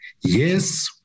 Yes